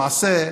למעשה,